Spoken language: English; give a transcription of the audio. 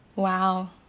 Wow